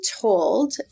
told